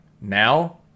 Now